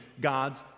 God's